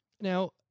Now